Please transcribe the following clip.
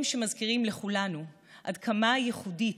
הם שמזכירים לכולנו עד כמה ייחודית